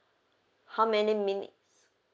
how many minutes